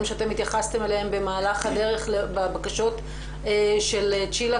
שאתם התייחסתם אליהם במהלך הדרך בבקשות של צ'ילה,